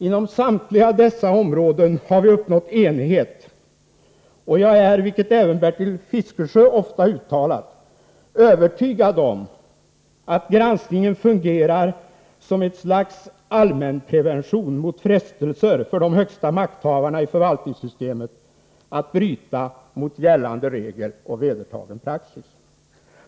Inom samtliga dessa områden har vi uppnått enighet, och jag är övertygad om att granskningen — det har även Bertil Fiskesjö ofta uttalat — fungerar som ett slags allmänprevention mot frestelser för de högsta makthavarna i förvaltningssystemet att bryta mot gällande regler och vedertagen praxis.